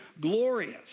glorious